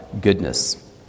goodness